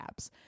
apps